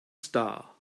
star